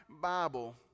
Bible